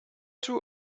too